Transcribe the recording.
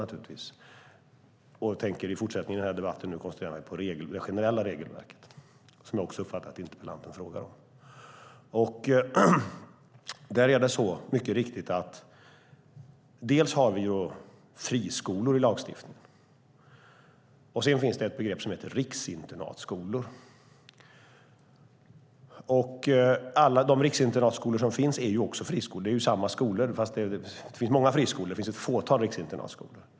I fortsättningen av den här debatten tänker jag koncentrera mig på det generella regelverket, som jag också uppfattar att interpellanten frågar om. Vi har mycket riktigt i lagstiftningen dels friskolor, dels något som heter riksinternatskolor. Alla riksinternat som finns är också friskolor. Det finns många friskolor men bara ett fåtal riksinternatskolor.